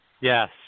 Yes